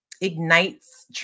ignites